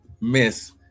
miss